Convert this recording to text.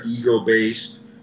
ego-based